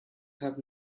have